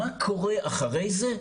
מה קורה אחרי זה?